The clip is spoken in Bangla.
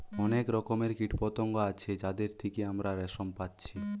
অনেক রকমের কীটপতঙ্গ আছে যাদের থিকে আমরা রেশম পাচ্ছি